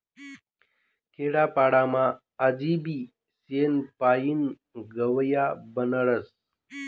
खेडापाडामा आजबी शेण पायीन गव या बनाडतस